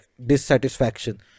dissatisfaction